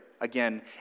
again